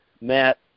Matt